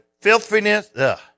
filthiness